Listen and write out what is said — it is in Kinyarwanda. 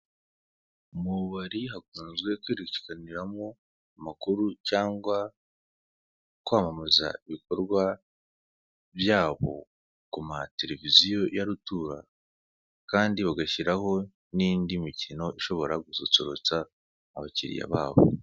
Mu bubari hakunzwe kwerekaniramo amakuru cyangwa kwamamaza ibikorwa byabo ku ma televuziyo ya rutura kandi bagashyirao n'indi mikino ishobora gususurutsa abakiriya bayo.